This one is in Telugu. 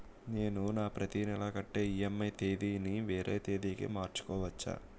నేను నా ప్రతి నెల కట్టే ఈ.ఎం.ఐ ఈ.ఎం.ఐ తేదీ ని వేరే తేదీ కి మార్చుకోవచ్చా?